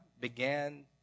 began